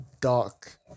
dark